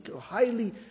highly